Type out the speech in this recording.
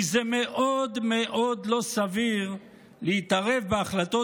כי זה מאוד מאוד לא סביר להתערב בהחלטות